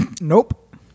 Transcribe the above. Nope